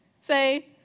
say